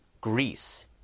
Greece